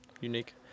unique